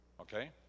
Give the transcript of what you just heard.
okay